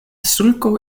sulko